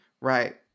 Right